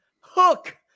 hook